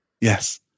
Yes